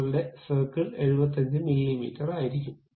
നിങ്ങളുടെ സർക്കിൾ 75 മില്ലിമീറ്ററായിരിക്കും